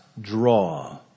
draw